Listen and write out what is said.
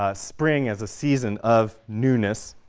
ah spring as a season of newness